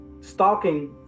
Stalking